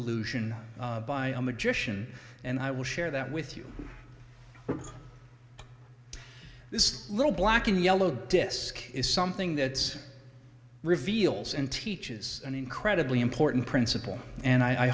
illusion by a magician and i will share that with you this little black and yellow disk is something that reveals and teaches an incredibly important principle and i